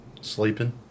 sleeping